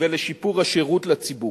ולשיפור השירות לציבור.